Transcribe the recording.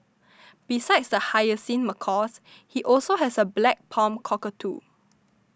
besides the hyacinth macaws he also has a black palm cockatoo